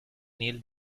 neil